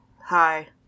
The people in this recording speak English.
Hi